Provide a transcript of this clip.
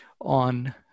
on